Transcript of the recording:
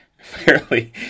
fairly